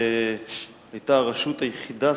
והיא היתה הרשות היחידה,